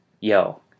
yo